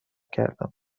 کردم